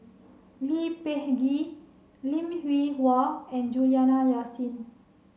Lee Peh Gee Lim Hwee Hua and Juliana Yasin